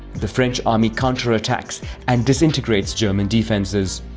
the french army counterattacks and disintegrates german defenses.